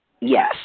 Yes